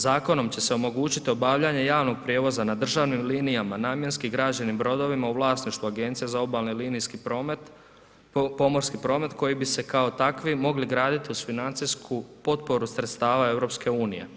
Zakonom će se omogućiti obavljanje javnog prijevoza na državnim linijama, namjenski građenim brodovima u vlasništvu agencija za obalni linijski promet, pomorski promet koji se kao takvi mogli graditi uz financijsku potporu sredstava EU.